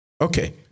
Okay